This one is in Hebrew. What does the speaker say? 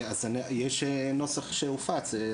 יש נוסח שהופץ,